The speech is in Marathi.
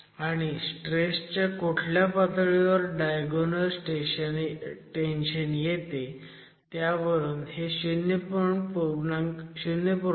आणि स्ट्रेस च्या कुठल्या पातळीवर डायगोनल टेन्शन येते त्यावरून हे 0